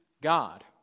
God